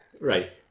Right